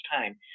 time